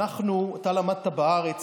אתה למדת בארץ,